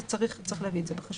אז צריך להביא את זה בחשבון.